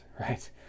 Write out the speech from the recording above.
right